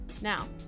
Now